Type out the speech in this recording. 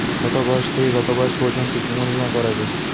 কতো বয়স থেকে কত বয়স পর্যন্ত জীবন বিমা করা যায়?